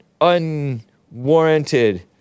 unwarranted